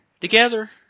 together